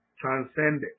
transcended